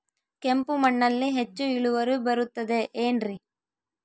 ಕೆಂಪು ಮಣ್ಣಲ್ಲಿ ಹೆಚ್ಚು ಇಳುವರಿ ಬರುತ್ತದೆ ಏನ್ರಿ?